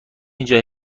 اینجا